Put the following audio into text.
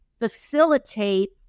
facilitate